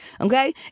Okay